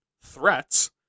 threats